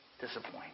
disappoint